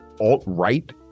alt-right